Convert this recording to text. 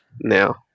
now